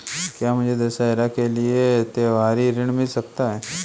क्या मुझे दशहरा के लिए त्योहारी ऋण मिल सकता है?